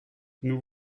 nous